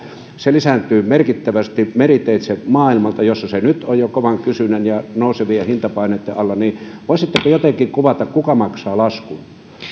se lisääntyy merkittävästi meriteitse maailmalta jossa se on jo nyt kovan kysynnän ja nousevien hintapaineitten alla voisitteko jotenkin kuvata kuka maksaa laskun